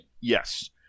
Yes